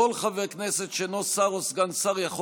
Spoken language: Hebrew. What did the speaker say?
וכל חבר כנסת שאינו שר או סגן שר יכול